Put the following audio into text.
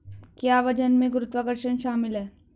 क्या वजन में गुरुत्वाकर्षण शामिल है?